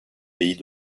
pays